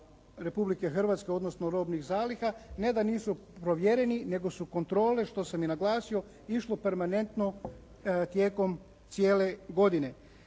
Republike Hrvatske odnosno robnih zaliha ne da nisu provjereni nego su kontrole što sam i naglasio išlo permanentno tijekom cijele godine.